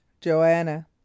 Joanna